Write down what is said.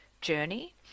journey